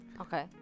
Okay